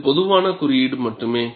இது பொதுவான குறியீடு மட்டுமே